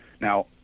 Now